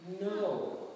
no